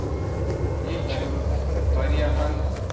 یہِ چھُ واریاہَن